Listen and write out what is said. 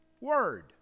word